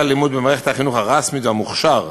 הלימוד במערכת החינוך הרשמית והמוכש"ר